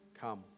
Come